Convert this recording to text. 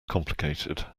complicated